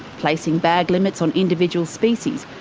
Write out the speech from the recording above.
placing bag limits on individual species,